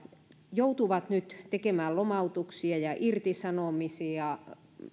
joutuvat nyt tekemään lomautuksia ja irtisanomisia